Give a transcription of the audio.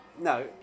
No